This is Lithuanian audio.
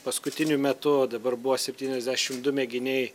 paskutiniu metu dabar buvo septyniasdešim du mėginiai